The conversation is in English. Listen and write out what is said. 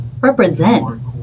Represent